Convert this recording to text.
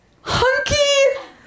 hunky